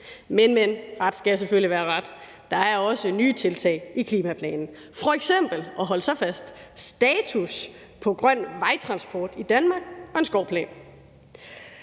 Men ret skal selvfølgelig være ret: Der er også nye tiltag i klimaplanen, f.eks. – og hold så fast – status på grøn vejtransport i Danmark og en skovplan.